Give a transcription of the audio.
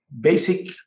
basic